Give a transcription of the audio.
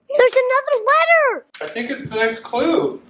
there's another letter clue.